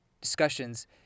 discussions